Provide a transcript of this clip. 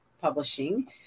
Publishing